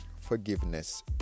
forgiveness